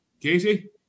Casey